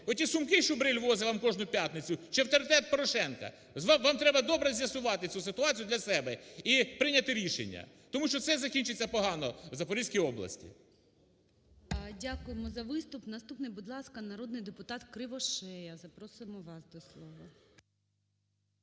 оті сумки, що Бриль возить вам кожну п'ятницю чи авторитет Порошенка? Вам треба добре з'ясувати цю ситуацію для себе і прийняти рішення, тому що це закінчиться погано у Запорізькій області. ГОЛОВУЮЧИЙ. Дякуємо вам за виступ. Наступний депутат Кривошея, запрошуємо вас до слова.